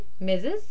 Mrs